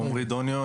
עומרי דוניו,